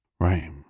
Right